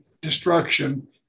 destruction